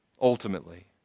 ultimately